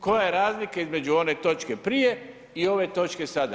Koja je razlika između one točke prije i ove točke sada?